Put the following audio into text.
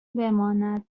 بماند